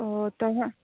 ओऽ तऽ